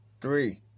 three